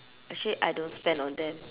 actually I don't spend on them